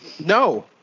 no